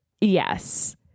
yes